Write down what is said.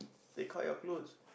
they caught your clothes